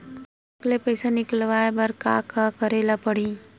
Cheque ले पईसा निकलवाय बर का का करे ल पड़हि?